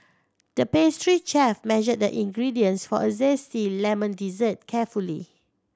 the pastry chef measured the ingredients for a zesty lemon dessert carefully